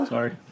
Sorry